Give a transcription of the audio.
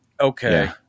okay